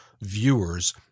viewers